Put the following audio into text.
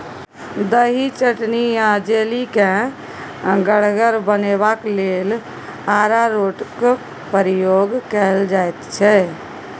दही, चटनी आ जैली केँ गढ़गर बनेबाक लेल अरारोटक प्रयोग कएल जाइत छै